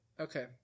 Okay